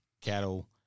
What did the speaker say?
cattle